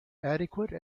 adequate